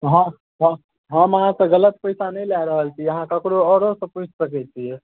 हँ हँ हम अहाँसँ गलत पइसा नहि लऽ रहल छी अहाँ ककरो आओरोसँ पुछि सकै छिए